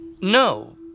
No